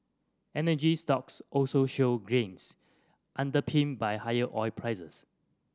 energy stocks also showed gains underpinned by higher oil